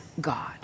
God